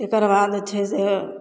तकर बाद छै से